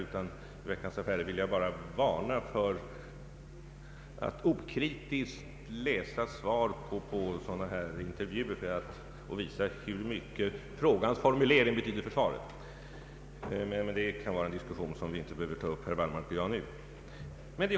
Där ville jag bara varna för att okritiskt läsa svar på sådana här intervjuer och påvisa hur mycket frågans formulering betyder för svaret. Men detta kan vara en diskussion som herr Wallmark och jag inte behöver ta upp i detta sammanhang.